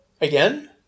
Again